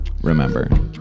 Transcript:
remember